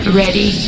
ready